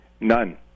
None